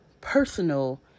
personal